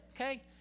okay